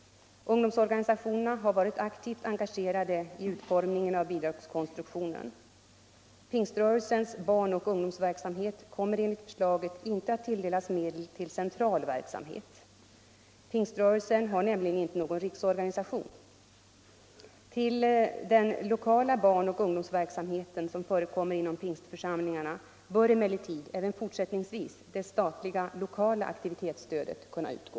Ungdomsorganisationerna har varit aktivt engagerade i utformningen av bidragskonstruktionen. Pingströrelsens barnoch ungdomsverksamhet kommer enligt förslaget inte att tilldelas medel till central verksamhet. Pingströrelsen har nämligen inte någon riksorganisation. Till den lokala barnoch ungdomsverksamheten som förekommer inom pingstförsamlingarna bör emellertid även fortsättningsvis det statliga lokala aktivitetsstödet kunna utgå.